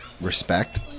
Respect